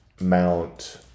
Mount